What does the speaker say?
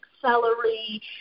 celery